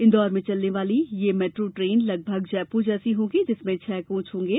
इंदौर में चलने वाली यह मेट्रो ट्रेन लगभग जयपुर जैसी होगी जिसमें छह कोच होंगे